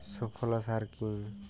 সুফলা সার কি?